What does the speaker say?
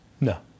No